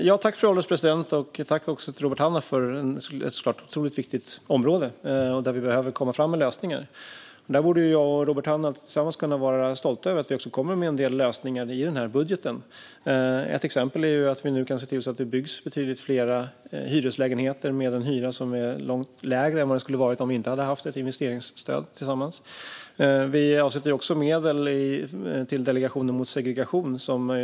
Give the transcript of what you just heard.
Fru ålderspresident! Jag vill tacka Robert Hannah för frågorna om ett otroligt viktigt område där vi behöver komma med lösningar. Jag och Robert Hannah borde tillsammans kunna vara stolta över att vi kommer med en del lösningar i den här budgeten. Ett exempel är att vi nu kan se till att det kommer att byggas betydligt fler hyreslägenheter med en hyra som är lägre än den skulle ha varit om vi inte hade kommit överens om att ha ett investeringsstöd. Vi avsätter också medel till Delegationen mot segregation.